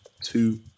two